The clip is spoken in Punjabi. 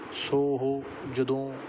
ਸੌ ਉਹ ਜਦੋਂ